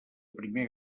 primer